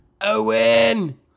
Owen